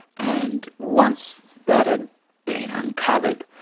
and once that had been uncovered,